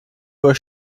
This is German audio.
uhr